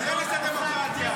הרס הדמוקרטיה.